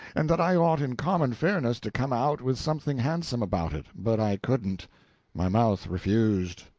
and that i ought in common fairness to come out with something handsome about it, but i couldn't my mouth refused.